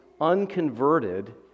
unconverted